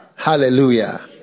Hallelujah